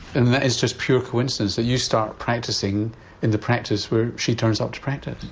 and that is just pure coincidence that you start practising in the practise where she turns up to practise?